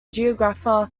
geographer